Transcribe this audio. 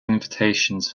invitations